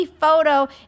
photo